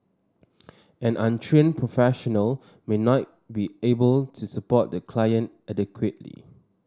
an untrained professional might not be able to support the client adequately